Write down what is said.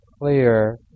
clear